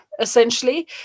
essentially